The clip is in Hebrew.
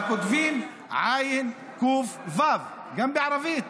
אבל כותבים עי"ן, כ"ף, וי"ו גם בערבית.